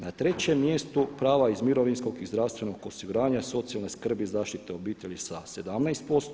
Na trećem mjestu prava iz mirovinskog i zdravstvenog osiguranja, socijalne skrbi i zaštite obitelji sa 175.